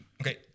Okay